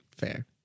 Fair